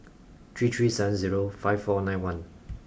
three three seven zero five four nine one